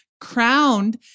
crowned